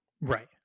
Right